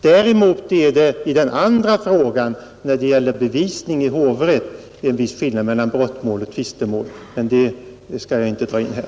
Däremot är det i den andra frågan, när det gäller bevisning i hovrätt, en viss skillnad mellan brottmål och tvistemål, men det skall jag inte ta upp här.